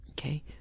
Okay